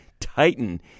titan